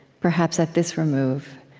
perhaps at this remove,